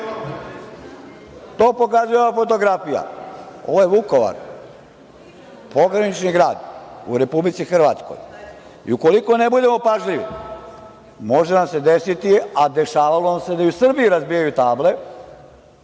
pokazuje ova fotografija, ovo je Vukovar, pogranični grad u Republici Hrvatskoj i ukoliko ne budemo pažljivi može nam se desiti, a dešavalo nam se da i u Srbiji razbijaju table